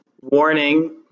warning